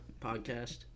podcast